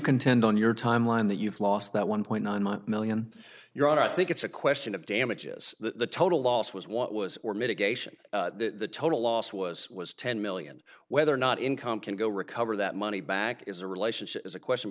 contend on your timeline that you've lost that one point nine million your i think it's a question of damages the total loss was what was or mitigation the total loss was was ten million whether or not income can go recover that money back is a relationship is a question